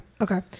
okay